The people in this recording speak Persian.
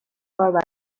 کار